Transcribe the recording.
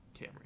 Camry